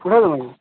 hello